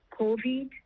COVID